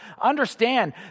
understand